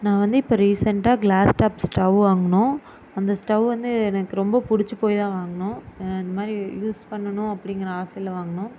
நான் வந்து இப்போ ரீசெண்ட்டாக கிளாஸ் டாப் ஸ்டவ் வாங்குனோம் அந்த ஸ்டவ் வந்து எனக்கு ரொம்ப பிடிச்சி போய் தான் வாங்குனோம் இந்தமாதிரி யூஸ் பண்ணணும் அப்படிங்கிற ஆசையில் வாங்குனோம்